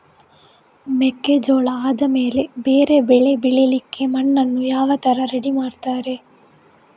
ಮೆಕ್ಕೆಜೋಳ ಆದಮೇಲೆ ಬೇರೆ ಬೆಳೆ ಬೆಳಿಲಿಕ್ಕೆ ಮಣ್ಣನ್ನು ಯಾವ ತರ ರೆಡಿ ಮಾಡ್ತಾರೆ?